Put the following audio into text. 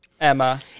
Emma